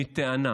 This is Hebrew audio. מטענה